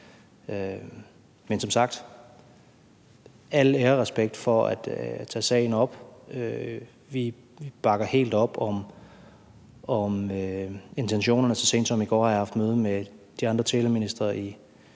Men som sagt: Al ære og respekt for at tage sagen op. Vi bakker helt op om intentionerne. Så sent som i går har jeg haft møde med de andre teleministre i